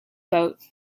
boat